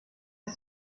ist